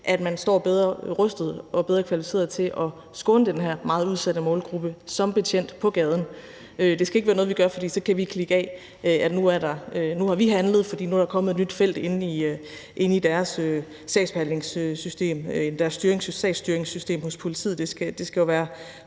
at man står bedre rustet og er bedre kvalificeret til at skåne den her meget udsatte målgrupper som betjent på gaden. Det skal ikke være noget, vi gør, fordi vi så kan krydse af i boksen, at nu har vi handlet, for nu er der kommet et nyt felt inde i sagsstyringssystemet hos politiet; det skal jo være,